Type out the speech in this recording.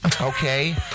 Okay